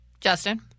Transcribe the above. justin